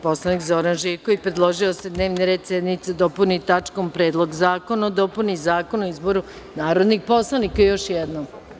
Poslanik Zoran Živković predložio je da se dnevni red sednice dopuni tačkom – Predlog zakona o dopuni Zakona o izboru narodnih poslanika, još jednom.